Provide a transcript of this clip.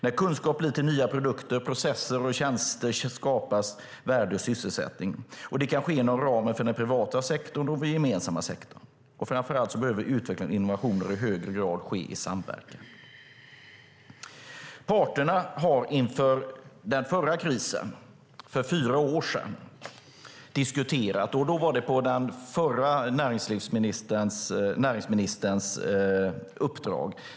När kunskap blir till nya produkter, tjänster och processer skapas värde och sysselsättning. Det kan ske inom ramen för den privata sektorn och den gemensamma sektorn, och framför allt behöver utveckling och innovation i högre grad ske i samverkan. Inför den förra krisen för fyra år sedan diskuterade parterna. Det var på den förra näringsministerns uppdrag.